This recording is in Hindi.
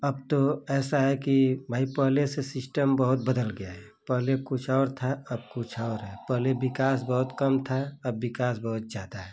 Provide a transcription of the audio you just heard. अब तो ऐसा है कि भाई पहले से सिस्टम बहुत बदल गया है पहले कुछ और था अब कुछ और है पहले विकास बहुत कम था अब विकास बहुत ज़्यादा है